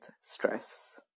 stress